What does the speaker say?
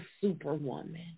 superwoman